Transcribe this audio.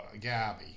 Gabby